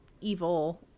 evil